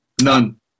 None